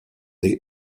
the